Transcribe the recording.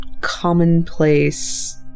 commonplace